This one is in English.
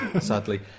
sadly